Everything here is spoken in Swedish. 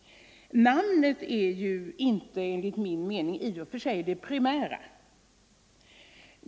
Namnet är i och för sig inte, frågor enligt min mening, det primära.